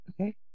Okay